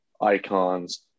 icons